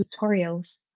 tutorials